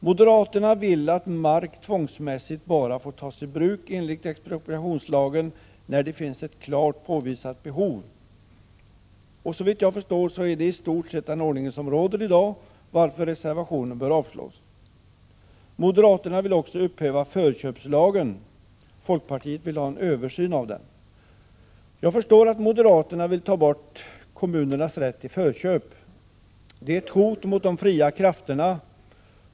Moderaterna vill att mark tvångsmässigt får tas i bruk enligt expropriationslagen bara när det finns ett klart påvisbart behov. Såvitt jag förstår är det i stort sett den ordning som råder i dag, varför reservationen bör avslås. Moderaterna vill också upphäva förköpslagen. Folkpartiet vill ha en översyn av den. Jag förstår att moderaterna vill ta bort kommunernas rätt till förköp. Den är ett hot mot de fria krafterna.